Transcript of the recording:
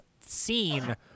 scene